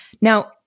Now